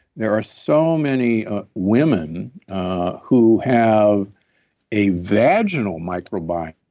there are so many women who have a vaginal microbiome